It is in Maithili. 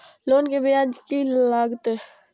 लोन के ब्याज की लागते?